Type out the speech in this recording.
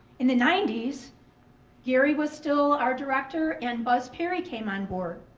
in the ninety s gary was still our director and buzz perry came on board.